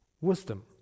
Wisdom